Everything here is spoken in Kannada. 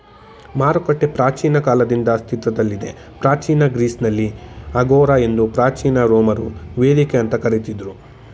ಮಾರುಕಟ್ಟೆ ಪ್ರಾಚೀನ ಕಾಲದಿಂದ ಅಸ್ತಿತ್ವದಲ್ಲಿದೆ ಪ್ರಾಚೀನ ಗ್ರೀಸ್ನಲ್ಲಿ ಅಗೋರಾ ಎಂದು ಪ್ರಾಚೀನ ರೋಮರು ವೇದಿಕೆ ಅಂತ ಕರಿತಿದ್ರು